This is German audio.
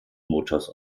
motors